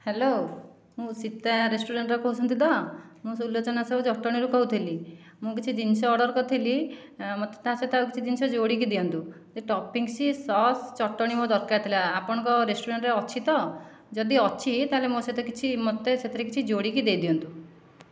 hello ମୁଁ ସୀତା ରେଷ୍ଟୁରାଣ୍ଟରୁ କହୁଛନ୍ତି ତ ମୁଁ ସୁଲୋଚନା ସାହୁ ଜଟଣୀରୁ କହୁଥିଲି ମୁଁ କିଛି ଜିନିଷ ଅର୍ଡ଼ର କରିଥିଲି ମୋତେ ତା' ସହିତ ଆଉ କିଛି ଜିନିଷ ଯୋଡ଼ିକି ଦିଅନ୍ତୁ ସେ ଟପିଙ୍ଗସ୍ ସସ୍ ଚଟଣି ମୋର ଦରକାର ଥିଲା ଆପଣଙ୍କ ରେଷ୍ଟୁରାଣ୍ଟରେ ଅଛି ତ ଯଦି ଅଛି ତା'ହେଲେ ମୋ' ସହିତ କିଛି ମୋତେ ସେଥିରେ କିଛି ଯୋଡ଼ିକି ଦେଇଦିଅନ୍ତୁ